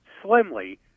slimly